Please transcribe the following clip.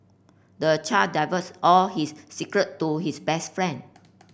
the child divulged all his secret to his best friend